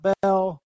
Bell